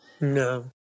No